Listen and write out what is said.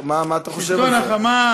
מה אתה חושב על זה, אדוני?